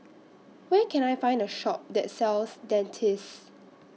Where Can I Find A Shop that sells Dentiste